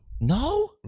no